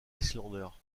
islanders